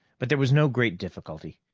but there was no great difficulty.